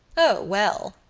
oh, well,